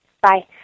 Bye